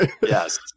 Yes